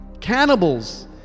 cannibals